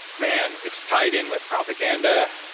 man, it's tied in with propaganda,